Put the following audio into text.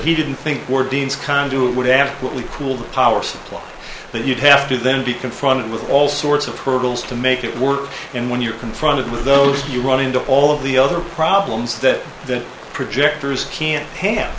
he didn't think were dean's conduit would absolutely pool the power supply but you'd have to then be confronted with all sorts of hurdles to make it work and when you're confronted with those you run into all of the other problems that the projectors can't